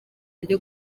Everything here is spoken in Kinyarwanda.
ryo